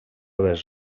vers